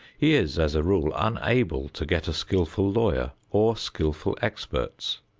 he is, as a rule, unable to get a skillful lawyer or skillful experts.